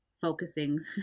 focusing